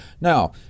Now